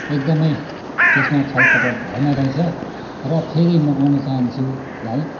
एकदमै त्यसमा छलपकट भएन रहेछ र फेरि मगाउन चाहन्छु भाइ